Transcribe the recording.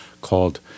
called